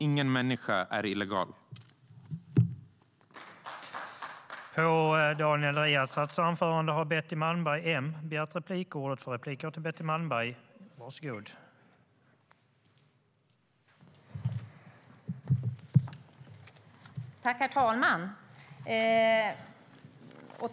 Ingen människa är illegal.